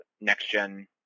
next-gen